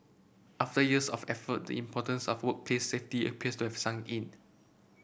after years of effort importance of workplace safety appears to have sunk in